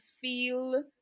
feel